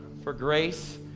for grace,